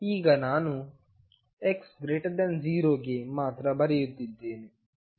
ಈಗ ನಾನು x0 ಗೆ ಮಾತ್ರ ಬರೆಯುತ್ತೇನೆ